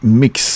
mix